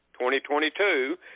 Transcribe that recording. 2022